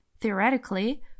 theoretically